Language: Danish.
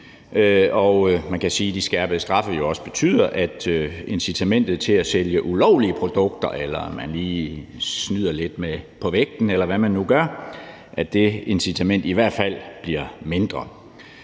Og man kan sige, at de skærpede straffe jo også betyder, at incitamentet til at sælge ulovlige produkter, eller at man lige snyder lidt på vægten, eller hvad man nu gør, i hvert fald bliver mindre.